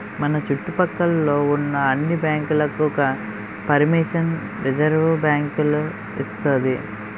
మన చుట్టు పక్క లో ఉన్న అన్ని బ్యాంకులకు పరిమిషన్ రిజర్వుబ్యాంకు ఇస్తాది